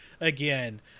again